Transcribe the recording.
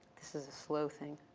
this is a slow thing.